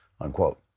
unquote